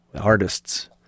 artists